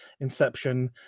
inception